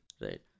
right